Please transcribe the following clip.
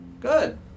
Good